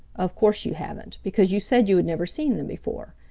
of course you haven't, because you said you had never seen them before.